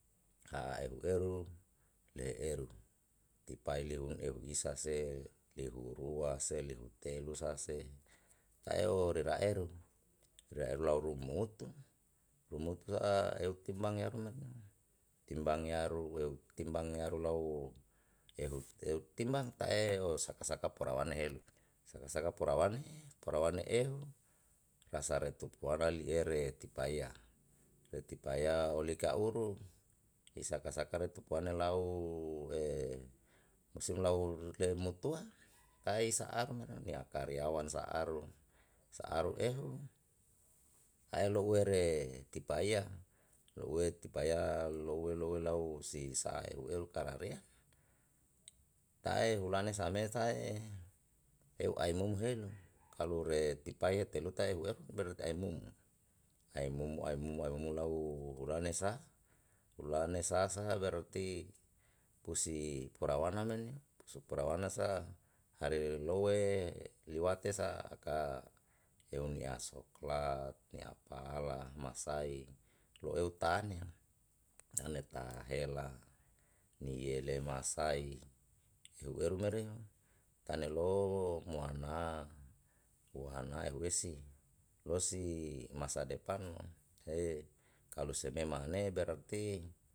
ehu eru le eru ipai liun eu isa se lihu rua se lihu telu sa se aeuo rira eru rira eru lau rumutu rumutu a eu timbang yaru na timbang yaru eu timbang yaru lau ehu ehu timbang tae o saka saka purawane helu sak saka purawane purawane ehu rasa re tupuana li ere tipaiya re tipaiya oli ka uru i saka sakaru tupuane lau sun lau le mutua kai sa aru na nia kariyawan sa aru sa aru ehu ae lo ue re tipa iya rue tipa iya lo ue lo ue lau si sa ae ru eru karera, tae hulane sa me tae eu ae mumu helu kalu re tipai teluta ehu eru berati ae mum ai mum ai mumu lau urane sa ulane sa saha berati pusi porawana menio pusi pora wana sa ari loue liwate sa aka eunia soklat nia pala masai roeu tane tane ta hela niele masai eu eru mereo tane lo mua na mua na ehu esi losi masa depano kalu se me mane berati.